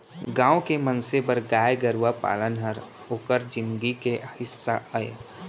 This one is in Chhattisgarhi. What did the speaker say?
गॉँव के मनसे बर गाय गरूवा पालन हर ओकर जिनगी के हिस्सा अय